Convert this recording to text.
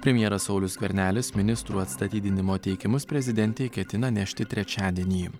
premjeras saulius skvernelis ministrų atstatydinimo teikiamus prezidentei ketina nešti trečiadienį